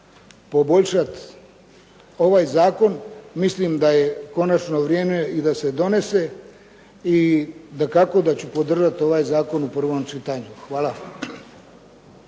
poboljšati ovaj zakon, mislim da je konačno vrijeme i da se donese i dakako da ću podržati ovaj zakon u prvom čitanju. Hvala.